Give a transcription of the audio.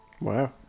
Wow